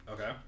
Okay